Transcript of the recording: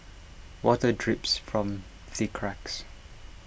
water drips from the cracks